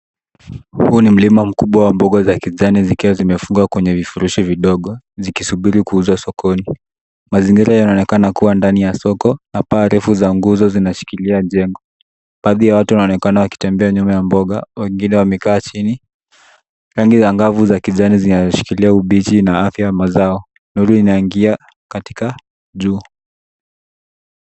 Huu ni mlima mkubwa mboga za kijani zikiwa zimefungwa kwenye vifurushi vidogo zikisubiri kuuzwa sokoni. Mazingira yanaonekana kuwa ndani ya soko na paa refu za nguzo zinashikilia jengo. Baadhi ya watu wanaonekana wakitembea nyuma ya mboga wengine wamekaa chini. Rangi ya ngavu za kijani zinazoshikila ubishi na afya ya mazao. Nuru inaingia katika juu.